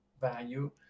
value